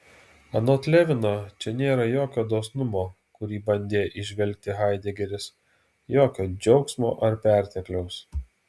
anot levino čia nėra jokio dosnumo kurį bandė įžvelgti haidegeris jokio džiaugsmo ar pertekliaus